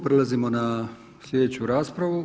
Prelazimo na sljedeću raspravu.